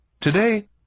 today